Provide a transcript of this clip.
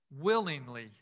willingly